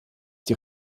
die